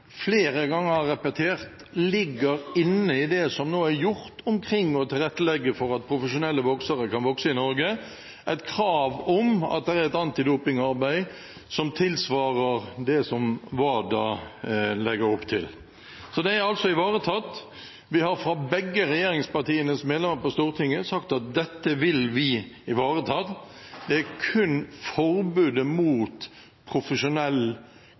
flere ganger har repetert ligger inne i det som nå er gjort for å tilrettelegge for at profesjonelle boksere kan bokse i Norge, nemlig et krav om et antidopingarbeid som tilsvarer det som WADA legger opp til. Det er altså ivaretatt, begge regjeringspartienes medlemmer på Stortinget har sagt at dette vil vi ivareta, det er kun forbudet mot profesjonell